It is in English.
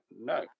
No